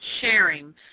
sharing